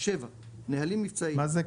מה זה כט"מ?